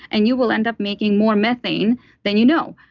and you will end up making more methane than you know.